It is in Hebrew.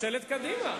ממשלת קדימה.